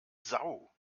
sau